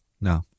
No